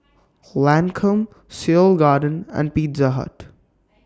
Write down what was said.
Lancome Seoul Garden and Pizza Hut